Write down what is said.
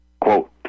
Quote